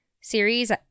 series